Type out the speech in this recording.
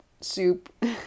soup